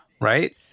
right